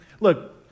look